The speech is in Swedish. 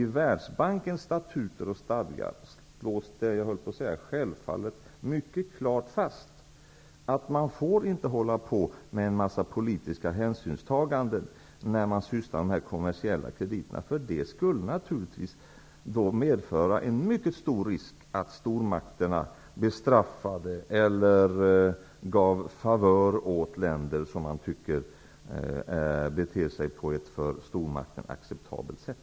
I Världsbankens statuter och stadgar slås det -- självfallet, höll jag på att säga -- mycket klart fast att man inte får ta en massa politiska hänsyn när man sysslar med kommersiella krediter. Det skulle naturligtvis medföra en mycket stor risk för att stormakterna bestraffade länder eller gav favör åt sådana länder som beter sig på ett för stormakterna acceptabelt sätt.